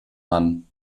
mann